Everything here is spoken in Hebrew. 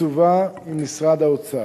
תקצובה עם משרד האוצר.